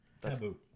Taboo